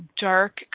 dark